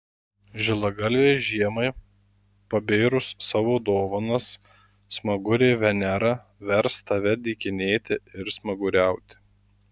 žilagalvei žiemai pabėrus savo dovanas smagurė venera vers tave dykinėti ir smaguriauti